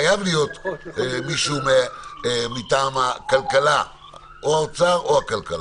חייב להיות מישהו מטעם או האוצר או הכלכלה,